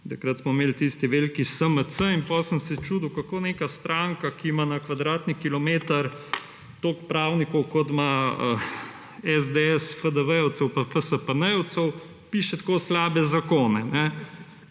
Takrat smo imeli tisti veliki SMC in potem sem se čudil, kako neka stranka, ki ima na kvadratni kilometer toliko pravnikov, kot ima SDS FDV-jevcev pa FSPN-jevcev, piše tako slabe zakone.